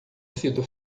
sido